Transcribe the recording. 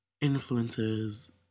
influences